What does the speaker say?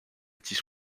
tige